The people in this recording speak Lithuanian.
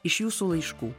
iš jūsų laiškų